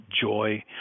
joy